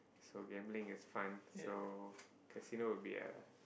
so gambling is fun so casino would be a